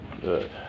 good